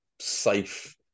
safe